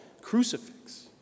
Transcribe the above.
crucifix